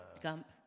Gump